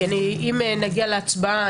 אם נגיע להצבעה,